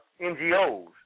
NGOs